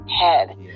head